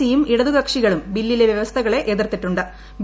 C യും ഇടതു കക്ഷികളും ബില്ലിലെ വ്യവസ്ഥകളെ എതിർത്തിട്ടു്